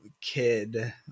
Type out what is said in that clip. kid